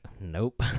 nope